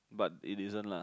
but it isn't lah